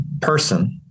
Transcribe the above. person